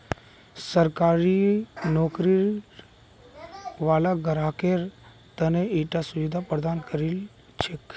सरकारी नौकरी वाला ग्राहकेर त न ईटा सुविधा प्रदान करील छेक